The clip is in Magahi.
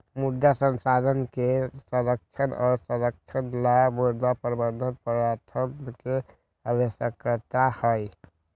मृदा संसाधन के संरक्षण और संरक्षण ला मृदा प्रबंधन प्रथावन के आवश्यकता हई